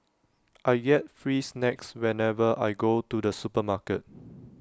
I get free snacks whenever I go to the supermarket